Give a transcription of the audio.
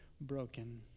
broken